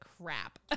crap